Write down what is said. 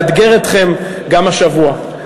לאתגר אתכם גם השבוע.